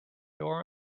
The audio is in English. door